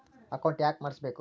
Account ಯಾಕ್ ಮಾಡಿಸಬೇಕು?